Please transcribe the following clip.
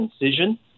incision